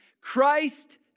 Christ